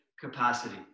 capacity